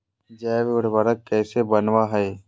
जैव उर्वरक कैसे वनवय हैय?